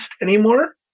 anymore